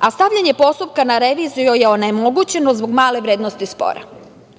a stavljanje postupka na reviziju je onemogućeno zbog male vrednosti spora. Šta